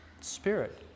spirit